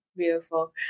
beautiful